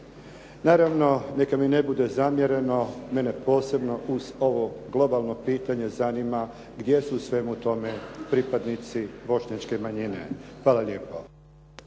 Naravno, neka mi ne bude zamjereno mene posebno uz ovo globalno pitanje zanima gdje su u svemu tome pripadnici bošnjačke manjine. Hvala lijepo.